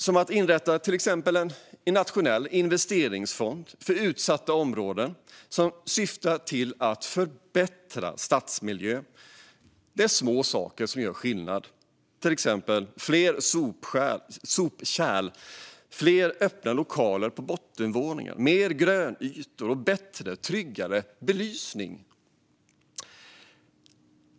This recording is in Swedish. Det handlar till exempel om att inrätta en nationell investeringsfond för utsatta områden som syftar till att förbättra stadsmiljön. Det är små saker som gör skillnad, till exempel fler sopkärl, fler öppna lokaler på bottenvåningar, mer grönytor och bättre och tryggare belysning.